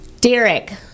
Derek